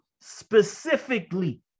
specifically